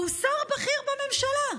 והוא שר בכיר בממשלה?